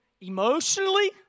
emotionally